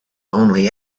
only